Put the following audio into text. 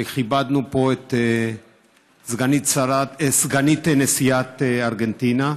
כשכיבדנו פה את סגנית נשיאת ארגנטינה,